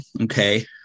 okay